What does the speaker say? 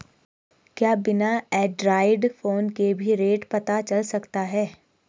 क्या बिना Android phone के भी रेट पता चल सकता है?